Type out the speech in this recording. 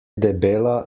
debela